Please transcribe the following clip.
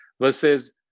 versus